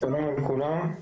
שלום לכולם.